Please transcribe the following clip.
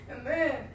amen